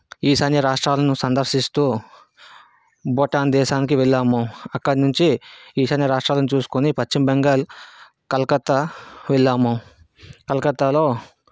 ఈశాన్య రాష్ట్రాల్ను సందర్శిస్తూ భూటాన్ దేశానికి వెళ్ళాము అక్కడ్నుంచి ఈశాన్య రాష్ట్రాల్ను చూస్కొని పశ్చిమ బెంగాల్ కల్కత్తా వెళ్ళాము కల్కత్తాలో